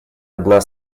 одна